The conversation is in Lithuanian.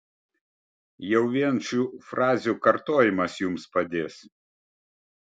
jau vien šių frazių kartojimas jums padės